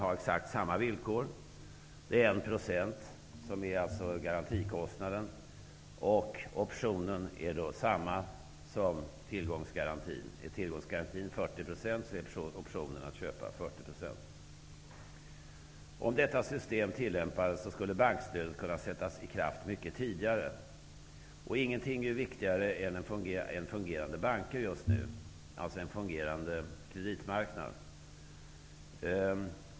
Vid exakt samma villkor för H-banken är garantikostnaden 1 %, optionen 40 % och tillgångsgarantin 40 %. Om detta system tillämpas, skulle bankstödet kunna sättas i kraft mycket tidigare, och ingenting är viktigare än banker som fungerar, dvs. att vi får en fungerande kreditmarknad.